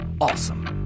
awesome